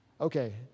Okay